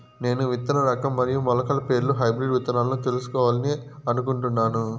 నేను విత్తన రకం మరియు మొలకల పేర్లు హైబ్రిడ్ విత్తనాలను తెలుసుకోవాలని అనుకుంటున్నాను?